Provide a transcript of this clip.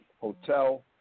hotel